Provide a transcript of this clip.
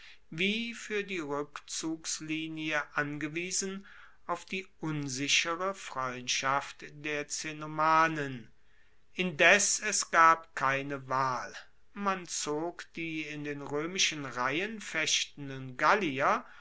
wie fuer die rueckzugslinie angewiesen auf die unsichere freundschaft der cenomanen indes es gab keine wahl man zog die in den roemischen reihen fechtenden gallier